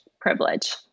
privilege